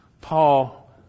Paul